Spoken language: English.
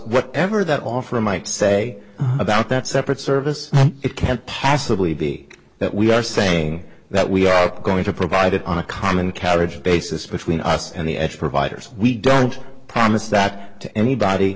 whatever that offer might say about that separate service it can't passively be that we are saying that we are going to provide it on a common carriage basis between us and the edge providers we don't promise that to anybody